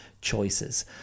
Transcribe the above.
choices